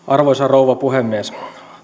arvoisa rouva puhemies